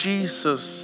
Jesus